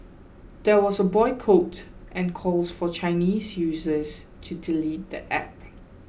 there was a boycott and calls for Chinese users to delete the app